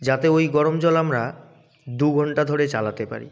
যাতে ওই গরম জল আমরা দুঘণ্টা ধরে চালাতে পারি